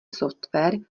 software